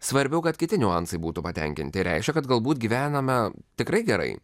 svarbiau kad kiti niuansai būtų patenkinti reiškia kad galbūt gyvename tikrai gerai